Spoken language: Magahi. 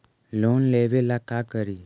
लोन लेबे ला का करि?